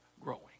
growing